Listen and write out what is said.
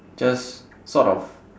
just sort of